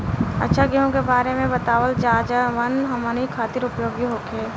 अच्छा गेहूँ के बारे में बतावल जाजवन हमनी ख़ातिर उपयोगी होखे?